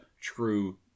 true